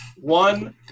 one